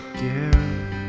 give